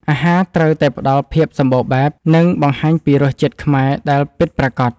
អាហារត្រូវតែផ្ដល់ភាពសម្បូរបែប និងបង្ហាញពីរសជាតិខ្មែរដែលពិតប្រាកដ។